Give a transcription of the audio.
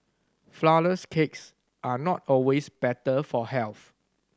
flourless cakes are not always better for health